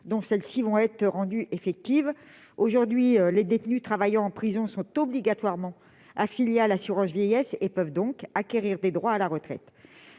aux cotisations retraite. Aujourd'hui, les détenus travaillant en prison sont obligatoirement affiliés à l'assurance vieillesse et peuvent donc acquérir des droits à la retraite.